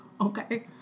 okay